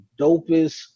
dopest